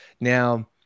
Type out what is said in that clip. Now